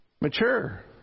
mature